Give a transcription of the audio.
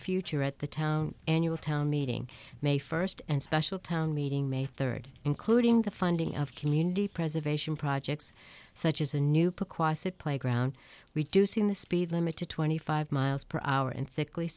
future at the town annual town meeting may first and special town meeting may third including the funding of community preservation projects such as a new book quasi playground reducing the speed limit to twenty five miles per hour and thickly